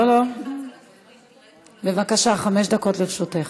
תלחץ על התפריט, תראה, בבקשה, חמש דקות לרשותך.